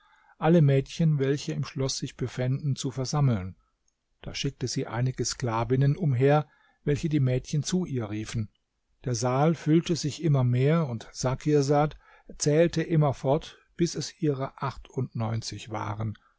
alle mädchen welche im schloß sich befänden zu versammeln da schickte sie einige sklavinnen umher welche die mädchen zu ihr riefen der saal füllte sich immer mehr und sakirsad zählte immerfort bis es ihrer achtundneunzig waren